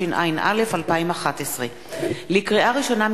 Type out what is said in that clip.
התשע”א 2011. לקריאה ראשונה,